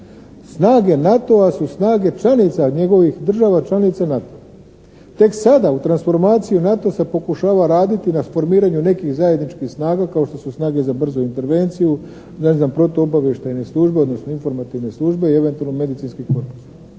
Snage NATO-a su snage članica, njegovih država članica NATO-a. Tek sada u transformaciji NATO se pokušava raditi na formiranju nekih zajedničkih snaga kao što su snage za brzu intervenciju, ne znam, protuobavještajne službe, odnosno informativne službe i eventualno medicinski korpus.